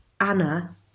Anna